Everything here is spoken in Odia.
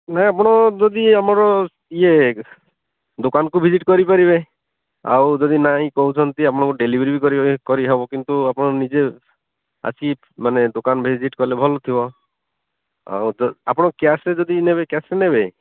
ନାଇଁ ଆପଣ ଯଦି ଆମର ଇଏ ଦୋକାନକୁ ଭିଜିଟ୍ କରିପାରିବେ ଆଉ ଯଦି ନାଇଁ କହୁଛନ୍ତି ଆପଣଙ୍କୁ ଡେଲିଭରି ବି କରିହେବ କିନ୍ତୁ ଆପଣ ନିଜେ ଆସିକି ମାନେ ଦୋକାନ ଭିଜିଟ୍ କଲେ ଭଲ ଥିବ ଆଉ ତ ଆପଣ କ୍ୟାସ୍ରେ ଯଦି ନେବେ କ୍ୟାସ୍ରେ ନେବେ